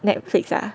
Netflix ah